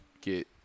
get